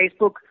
Facebook